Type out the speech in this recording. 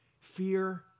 Fear